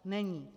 Není.